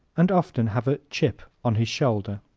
and often have a chip on his shoulder.